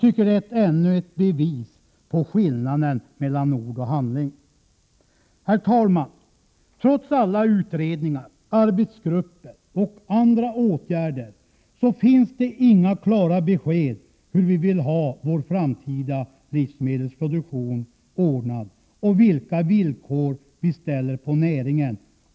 Det är ännu ett bevis på skillnaden mellan ord och handling. Herr talman! Trots alla utredningar, arbetsgrupper och andra åtgärder finns det inga klara besked om hur vi vill ha vår framtida livsmedelsproduktion ordnad och vilka villkor vi ställer på näringen.